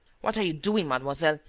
what are you doing, mademoiselle?